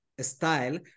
style